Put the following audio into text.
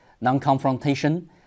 non-confrontation